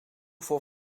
voor